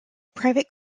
private